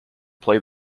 play